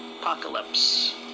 Apocalypse